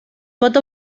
pot